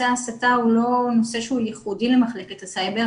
ההסתה הוא לא נושא שהוא ייחודי למחלקת הסייבר.